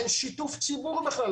אין שיתוף ציבור בכלל,